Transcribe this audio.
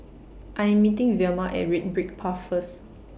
I Am meeting Vilma At Red Brick Path First